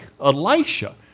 Elisha